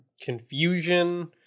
confusion